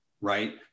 right